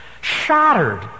shattered